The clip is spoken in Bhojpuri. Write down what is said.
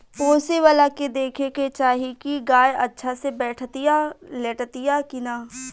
पोसेवला के देखे के चाही की गाय अच्छा से बैठतिया, लेटतिया कि ना